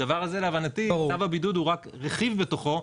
הדבר הזה, להבנתי, צו הבידוד הוא רק רכיב בתוכו.